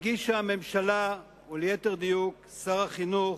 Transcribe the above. הגישה הממשלה, וליתר דיוק, שר החינוך,